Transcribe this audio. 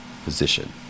Position